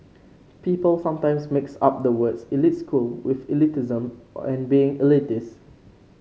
people sometimes mix up the words elite school with elitism or and being elitist